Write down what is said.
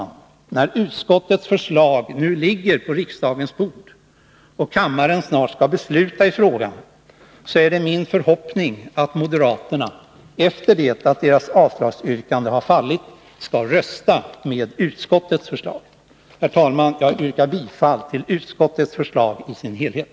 När utskottets förslag nu ligger på riksdagens bord och kammaren snart skall besluta i frågan är det trots allt min förhoppning att moderaterna, efter det att deras avslagsyrkande fallit, skall rösta med utskottet. Herr talman! Jag yrkar bifall till utskottets förslag i dess helhet.